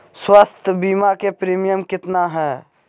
स्वास्थ बीमा के प्रिमियम कितना है?